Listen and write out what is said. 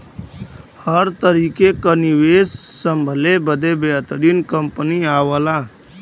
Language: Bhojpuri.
हर तरीके क निवेस संभले बदे बेहतरीन कंपनी आवला